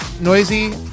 Noisy